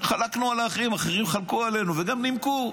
חלקנו על האחרים, אחרים חלקו עלינו וגם נימקו.